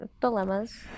dilemmas